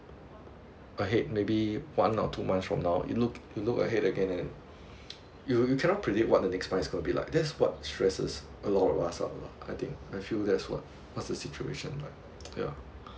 ahead maybe one or two months from now you look you look ahead again and then you you cannot predict what the next month is going to be like that's what stresses a lot of us out I think I feel that's what what's the situation like ya